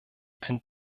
ein